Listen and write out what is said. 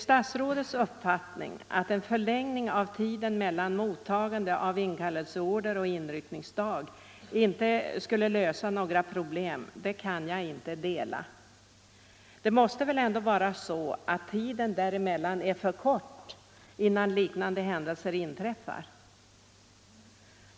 Statsrådets uppfattning att en förlängning av tiden mellan mottagande av inkallelseorder och inryckningsdag inte löser några problem kan jag inte dela. Det måste väl ändå vara så att tiden däremellan är för kort eftersom liknande händelser inträffar.